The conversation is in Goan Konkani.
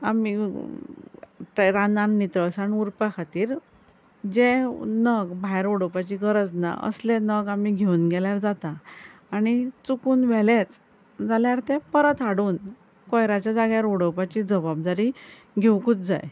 आमी ते रानान नितळसाण उरपा खातीर जे नग भायर उडोवपाची गरज ना असले नग आमी घेवन गेल्यार जाता आनी चुकूल व्हेलेच जाल्यार ते परत हाडून कोयराच्या जाग्यार उडोवपाची जबाबदारी घेवकूच जाय